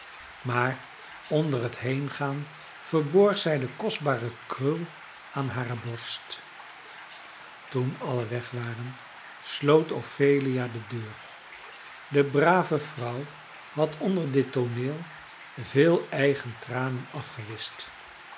maar onder het heengaan verborg zij de kostbare krul aan hare borst toen allen weg waren sloot ophelia de deur de brave vrouw had onder dit tooneel veel eigen tranen